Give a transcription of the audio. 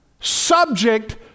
subject